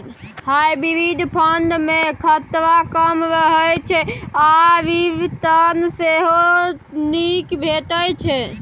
hybrid fund मे खतरा कम रहय छै आ रिटर्न सेहो नीक भेटै छै